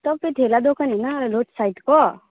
तपाईँ ठेला दोकान होइन रोड साइडको